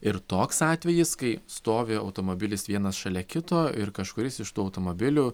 ir toks atvejis kai stovi automobilis vienas šalia kito ir kažkuris iš tų automobilių